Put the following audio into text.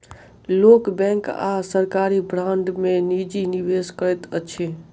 लोक बैंक आ सरकारी बांड में निजी निवेश करैत अछि